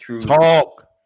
Talk